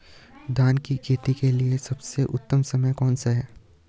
धान की खेती के लिए सबसे उत्तम समय कौनसा है?